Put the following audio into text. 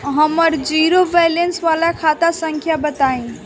हमर zero balance वाला खाता संख्या बताई?